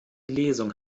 lesung